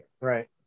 Right